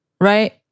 right